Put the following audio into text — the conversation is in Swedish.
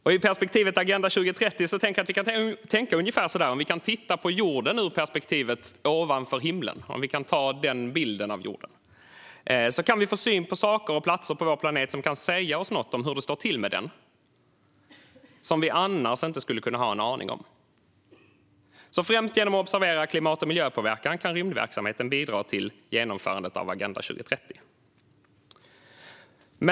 Och när det gäller Agenda 2030 kan vi tänka på ungefär det sättet. Om vi kan titta på jorden i perspektiv från "ovanför himlen" kan vi få syn på saker och platser på vår planet som kan säga oss något om hur det står till med den som vi annars inte skulle ha en aning om. Främst genom att observera klimat och miljöpåverkan kan rymdverksamheten bidra till genomförandet av Agenda 2030.